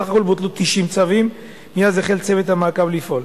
בסך הכול בוטלו 90 צווים מאז החל צוות המעקב לפעול.